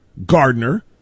Gardner